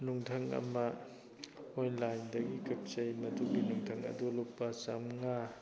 ꯅꯨꯡꯊꯪ ꯑꯃ ꯑꯣꯟꯂꯥꯏꯟꯗꯒꯤ ꯀꯛꯆꯩ ꯃꯗꯨꯒꯤ ꯅꯨꯡꯊꯪ ꯑꯗꯣ ꯂꯨꯄꯥ ꯆꯥꯝꯃꯉꯥ